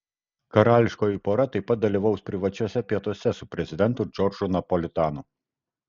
karališkoji pora taip pat dalyvaus privačiuose pietuose su prezidentu džordžu napolitanu